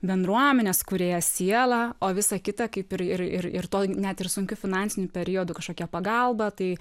bendruomenės kūrėjas siela o visa kita kaip ir ir ir ir tuo net ir sunkiu finansiniu periodu kažkokia pagalba tai